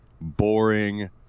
boring